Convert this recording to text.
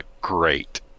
great